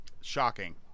Shocking